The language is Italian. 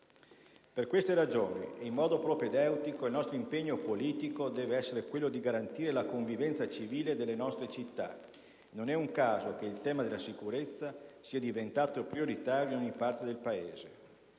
Per queste ragioni, ed in modo propedeutico, il nostro impegno politico deve essere quello di garantire la convivenza civile delle nostre città e non è un caso che il tema della sicurezza sia diventato prioritario in ogni parte del Paese;